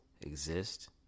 exist